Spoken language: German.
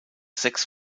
sechs